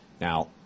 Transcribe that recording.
Now